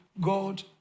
God